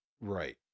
right